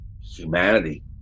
Humanity